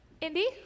Indy